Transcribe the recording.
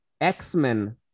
x-men